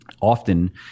often